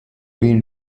been